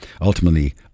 ultimately